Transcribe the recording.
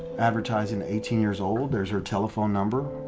advertising eighteen years old. there's her telephone number.